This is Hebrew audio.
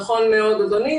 נכון מאוד, אדוני.